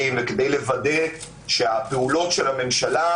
נמצא שאין הצדקה אפידמיולוגית לדרכון הירוק.